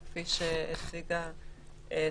כפי שהציגה תמי,